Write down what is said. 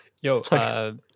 Yo